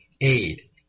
aid